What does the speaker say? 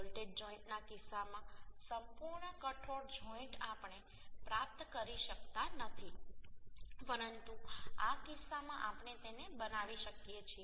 bolted જોઈન્ટના કિસ્સામાં સંપૂર્ણ કઠોર જોઈન્ટ આપણે પ્રાપ્ત કરી શકતા નથી પરંતુ આ કિસ્સામાં આપણે તેને બનાવી શકીએ છીએ